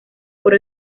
por